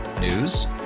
News